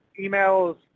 emails